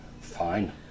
Fine